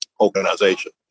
organization